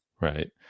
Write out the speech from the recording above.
Right